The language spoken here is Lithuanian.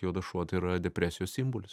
juodas šuo tai yra depresijos simbolis